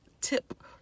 tip